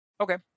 Okay